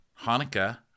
hanukkah